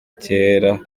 kera